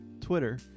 Twitter